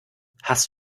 hast